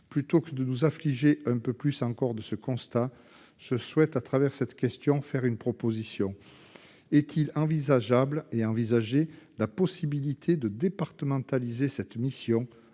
Plutôt que de nous affliger un peu plus encore de ce constat, je souhaite à l'occasion de cette question faire une proposition. Est-il envisageable- et envisagé -de départementaliser cette mission,